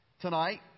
tonight